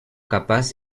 capaz